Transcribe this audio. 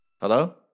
hello